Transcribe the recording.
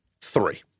Three